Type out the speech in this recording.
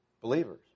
Believers